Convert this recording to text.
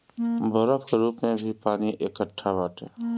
बरफ के रूप में भी पानी एकट्ठा बाटे